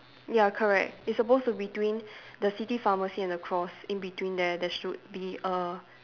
ya correct it's supposed to between the city pharmacy and the cross in between there there should be a